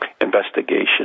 investigation